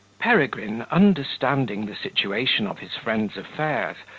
peregrine, understanding the situation of his friend's affairs,